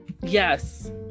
yes